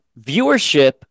viewership